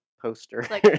poster